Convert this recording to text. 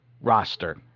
roster